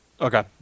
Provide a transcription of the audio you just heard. Okay